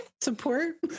Support